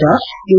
George you